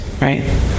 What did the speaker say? right